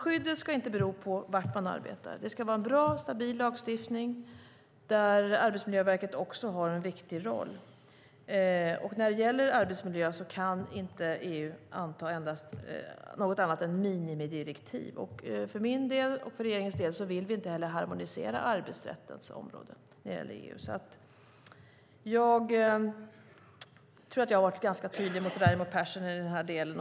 Skyddet ska inte bero på var man arbetar. Det ska vara en bra och stabil lagstiftning där Arbetsmiljöverket också har en viktig roll. När det gäller arbetsmiljö kan inte EU anta något annat än minimidirektiv. Regeringen vill inte heller harmonisera arbetsrättens område i EU. Jag har varit tydlig i den här delen.